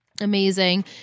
Amazing